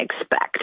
expect